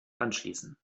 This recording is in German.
anschließen